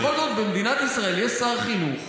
אבל בכל זאת במדינת ישראל יש שר חינוך,